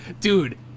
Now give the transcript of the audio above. Dude